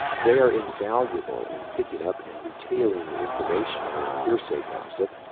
they are invaluable in picking up and retailing information and hearsay gossip,